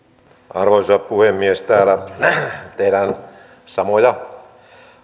arvoisa puhemies täällä tehdään samoja